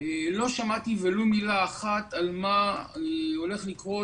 לא שמעתי ולו במילה אחת על מה הולך לקרות